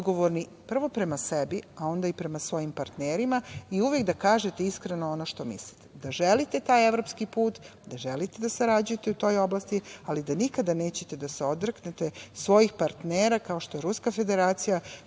odgovorni, prvo prema sebi, a onda i prema svojim parterima i uvek da kažete iskreno ono što mislite, da želite taj evropski put, da želite da sarađujete u toj oblasti, ali da nikada nećete da se odreknete svojih partnera, kao što je Ruska Federacija,